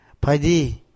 Padi